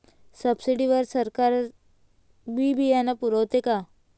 Subsidy वर सरकार बी बियानं पुरवते का?